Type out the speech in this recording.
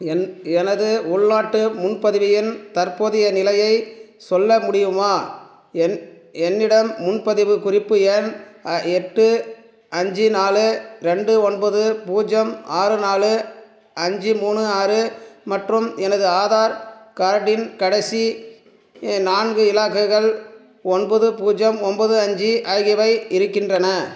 என் எனது உள்நாட்டு முன்பதிவு எண் தற்போதைய நிலையைச் சொல்ல முடியுமா என் என்னிடம் முன்பதிவுக் குறிப்பு எண் எட்டு அஞ்சு நாலு ரெண்டு ஒன்பது பூஜ்யம் ஆறு நாலு அஞ்சு மூணு ஆறு மற்றும் எனது ஆதார் கார்டின் கடைசி நான்கு இலாக்குகள் ஒன்பது பூஜ்யம் ஒம்பது அஞ்சு ஆகியவை இருக்கின்றன